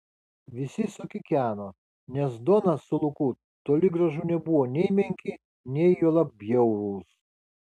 visi sukikeno nes donas su luku toli gražu nebuvo nei menki nei juolab bjaurūs